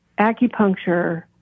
acupuncture